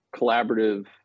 collaborative